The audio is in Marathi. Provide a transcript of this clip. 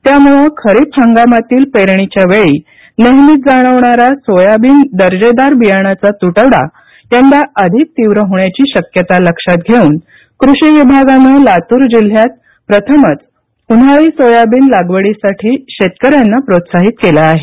त्यामुळे खरीप हंगामातील पेरणीच्या वेळी नेहमीच जाणवणारा दर्जेदार सोयाबीन बियाण्याचा तुटवडा यंदा अधिक तीव्र होण्याची शक्यता लक्षात घेऊन कृषी विभागानं लातूर जिल्ह्यात प्रथमच उन्हाळी सोयाबीन लागवडीसाठी शेतक यांना प्रोत्साहीत केलं आहे